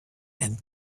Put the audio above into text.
and